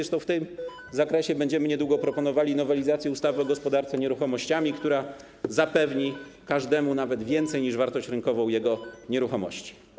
Zresztą w tym zakresie będziemy niedługo proponowali nowelizację ustawy o gospodarce nieruchomościami, która zapewni każdemu nawet więcej niż wartość rynkową jego nieruchomości.